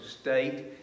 state